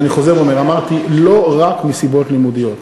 אז אני חוזר ואומר: אמרתי לא רק מסיבות לימודיות.